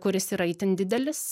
kuris yra itin didelis